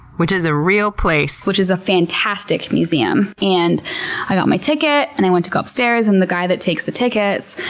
which is a real place, which is a fantastic museum. and i got my ticket, and i went to go upstairs, and the guy that takes the tickets,